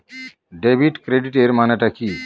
Debit ক্রেডিটের মানে টা কি?